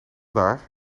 daar